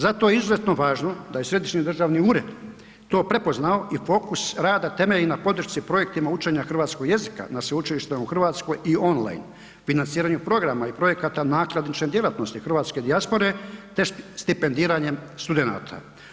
Zato je izuzetno važno da je Središnji državni ured to prepoznao i fokus rada temelji na podršci projektima učenja hrvatskog jezika, na sveučilištima u Hrvatskoj i on line, financiranju programa i projekata nakladničke djelatnosti hrvatske dijaspore te stipendiranjem studenata.